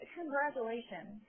Congratulations